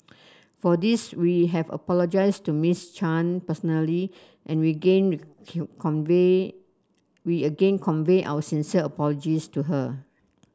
for this we have apologised to Miss Chan personally and we gain convey we again convey our sincere apologies to her